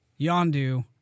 Yondu